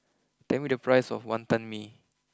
tell me the price of Wantan Mee